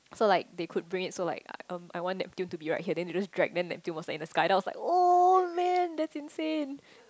so like they could bring it so like um I want Neptune to be right here then they just drag then Neptune was in the sky then I was like oh man that's insane